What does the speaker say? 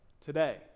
Today